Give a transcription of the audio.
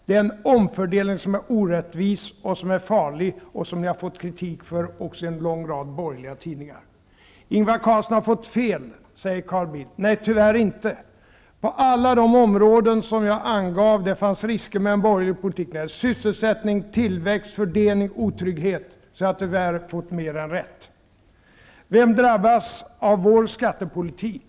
Det är en omfördelning som är orättvis och farlig och som ni har fått kritik för också i en lång rad borgerliga tidningar. Ingvar Carlsson har fått fel, säger Carl Bildt. Nej, tyvärr inte. På alla de områden som jag angav att det fanns risker med en borgerlig politik -- när det gäller sysselsättning, tillväxt, fördelning och otrygghet -- har jag tyvärr fått mer än rätt. Vem drabbas av vår skattepolitik?